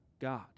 God